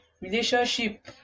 relationship